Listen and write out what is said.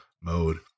mode